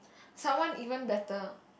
someone even better